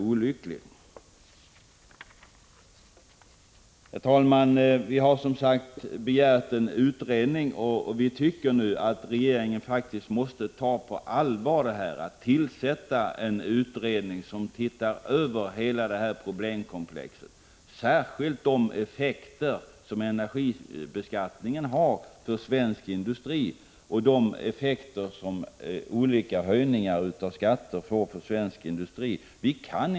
Vi har som sagt begärt en utredning och vi tycker nu att regeringen måste ta vårt förslag på allvar och tillsätta en utredning som ser över hela detta problemkomplex, särskilt de effekter som energibeskattningen och andra skattehöjningar får på svensk industri.